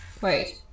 Wait